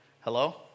Hello